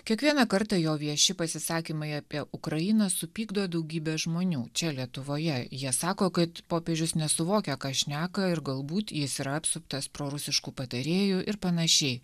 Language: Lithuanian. kiekvieną kartą jo vieši pasisakymai apie ukrainą supykdo daugybę žmonių čia lietuvoje jie sako kad popiežius nesuvokia ką šneka ir galbūt jis yra apsuptas prorusiškų patarėjų ir panašiai